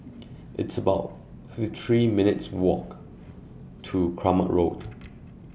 It's about fifty three minutes' Walk to Kramat Road